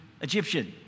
Egyptian